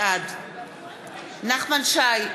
בעד נחמן שי,